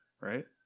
right